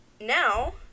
now